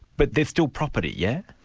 but they're still property, yes?